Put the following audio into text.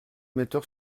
metteurs